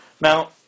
Now